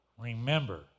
remember